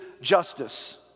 justice